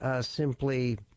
simply